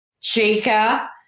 Chica